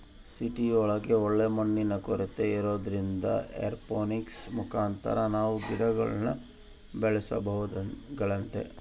ಸಿಟಿಗುಳಗ ಒಳ್ಳೆ ಮಣ್ಣಿನ ಕೊರತೆ ಇರೊದ್ರಿಂದ ಏರೋಪೋನಿಕ್ಸ್ ಮುಖಾಂತರ ನಾವು ಗಿಡಗುಳ್ನ ಬೆಳೆಸಬೊದಾಗೆತೆ